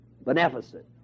beneficent